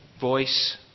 voice